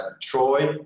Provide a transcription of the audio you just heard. Troy